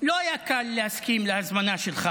לא היה קל להסכים להזמנה שלך,